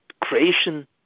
creation